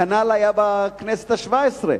כנ"ל היה בכנסת השבע-עשרה.